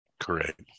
correct